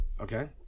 Okay